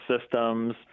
systems